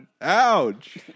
Ouch